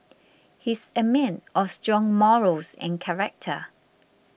he's a man of strong morals and character